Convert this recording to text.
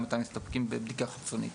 ומתי מסתפקים בבדיקה חיצונית.